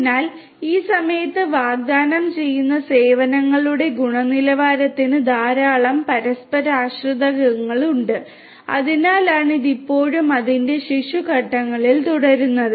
അതിനാൽ ഈ സമയത്ത് വാഗ്ദാനം ചെയ്യുന്ന സേവനങ്ങളുടെ ഗുണനിലവാരത്തിന് ധാരാളം പരസ്പരാശ്രിതത്വങ്ങളുണ്ട് അതിനാലാണ് ഇത് ഇപ്പോഴും അതിന്റെ ശിശു ഘട്ടങ്ങളിൽ തുടരുന്നത്